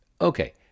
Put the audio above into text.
Okay